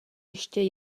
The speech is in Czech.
ještě